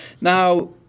Now